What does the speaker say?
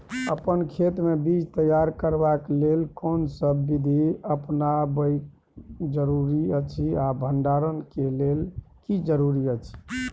अपन खेत मे बीज तैयार करबाक के लेल कोनसब बीधी अपनाबैक जरूरी अछि आ भंडारण के लेल की जरूरी अछि?